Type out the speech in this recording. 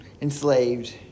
Enslaved